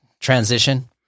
transition